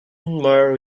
more